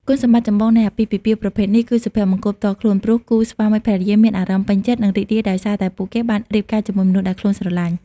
គុណសម្បត្តិចម្បងនៃអាពាហ៍ពិពាហ៍ប្រភេទនេះ គឺសុភមង្គលផ្ទាល់ខ្លួន ព្រោះគូស្វាមីភរិយាមានអារម្មណ៍ពេញចិត្ត និងរីករាយដោយសារតែពួកគេបានរៀបការជាមួយមនុស្សដែលខ្លួនស្រលាញ់។